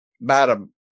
madam